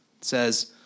says